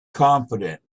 confident